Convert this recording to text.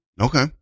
Okay